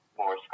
more